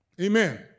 Amen